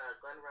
Glenn